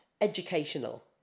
educational